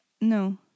no